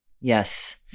yes